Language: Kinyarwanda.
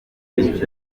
bibiri